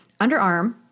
underarm